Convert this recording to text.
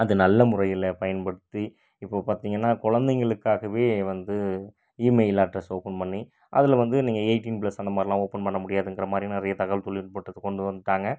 அது நல்லமுறையில் பயன்படுத்தி இப்போது பார்த்திங்கன்னா கொழந்தைங்களுக்காகவே வந்து ஈமெயில் அட்ரஸ் ஓப்பன் பண்ணி அதில் வந்து நீங்கள் எயிட்டின் ப்ளஸ் அந்தமாதிரிலாம் ஓப்பன் பண்ணமுடியாதுங்கிற மாதிரி நிறைய தகவல் தொழில்நுட்பத்தை கொண்டு வந்துட்டாங்க